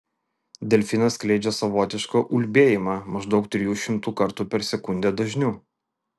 delfinas skleidžia savotišką ulbėjimą maždaug trijų šimtų kartų per sekundę dažniu